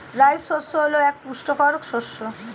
রাই শস্য হল এক পুষ্টিকর শস্য